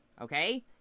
Okay